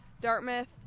dartmouth